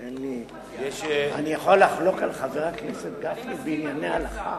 אני יכול לחלוק על חבר הכנסת גפני בענייני הלכה?